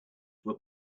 were